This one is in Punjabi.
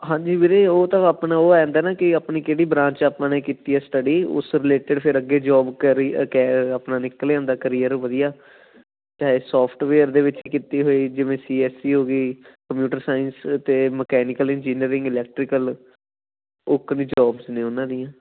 ਹਾਂਜੀ ਵੀਰੇ ਉਹ ਤਾਂ ਆਪਣਾ ਉਹ ਇੱਦਾਂ ਨਾ ਕਿ ਆਪਣੀ ਕਿਹੜੀ ਬਰਾਂਚ ਆਪਾਂ ਨੇ ਕੀਤੀ ਆ ਸਟੱਡੀ ਉਸ ਰਿਲੇਟਿਡ ਫਿਰ ਅੱਗੇ ਜੋਬ ਕਰੀ ਕੈ ਆਪਣਾ ਨਿਕਲ ਆਉਂਦਾ ਕਰੀਅਰ ਵਧੀਆ ਚਾਹੇ ਸੋਫਟਵੇਅਰ ਦੇ ਵਿੱਚ ਕੀਤੀ ਹੋਈ ਜਿਵੇਂ ਸੀ ਐੱਸ ਈ ਹੋ ਗਈ ਕੰਪਿਊਟਰ ਸਾਇੰਸ ਅਤੇ ਮਕੈਨੀਕਲ ਇੰਜੀਨੀਅਰਿੰਗ ਇਲੈਕਟ੍ਰੀਕਲ ਓਕਣੇ ਜੋਬਸ ਨੇ ਉਹਨਾਂ ਦੀਆਂ